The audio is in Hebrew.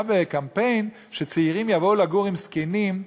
בקמפיין שצעירים יבואו לגור עם זקנים,